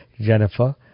Jennifer